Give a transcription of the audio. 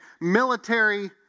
military